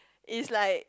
is like